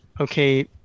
okay